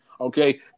okay